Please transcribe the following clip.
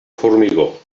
formigó